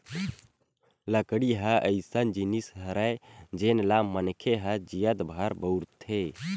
लकड़ी ह अइसन जिनिस हरय जेन ल मनखे ह जियत भर बउरथे